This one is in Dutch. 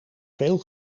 veel